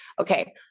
okay